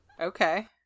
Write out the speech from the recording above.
Okay